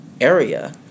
area